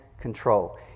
control